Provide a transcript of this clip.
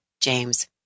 James